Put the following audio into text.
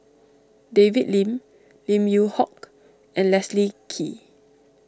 David Lim Lim Yew Hock and Leslie Kee